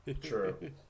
True